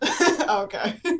Okay